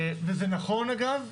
אגב,